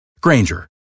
Granger